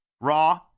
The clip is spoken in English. raw